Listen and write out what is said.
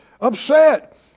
upset